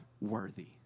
worthy